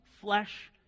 flesh